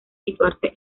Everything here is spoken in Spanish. situarse